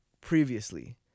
previously